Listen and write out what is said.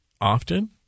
often